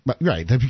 right